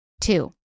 Two